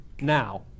now